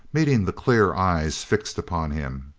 meeting the clear eyes fixed upon him.